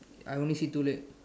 I only see two leg